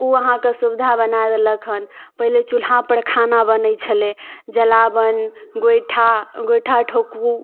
ओ अहाँके सुविधा बना देलक हन पहिले चूल्हा पर खाना बनै छलै जलावन गोइठा गोइठा ठोकू